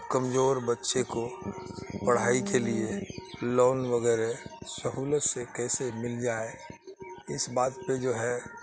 کمزور بچے کو پڑھائی کے لیے لون وغیرہ سہولت سے کیسے مل جائے اس بات پہ جو ہے